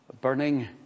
Burning